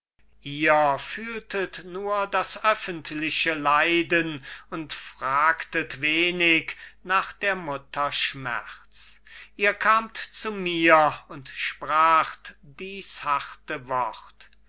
herz ihr fühltet nur das öffentliche leiden und fragtet wenig nach der mutter schmerz ihr kamt zu mir und spracht dies harte wort